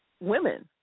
women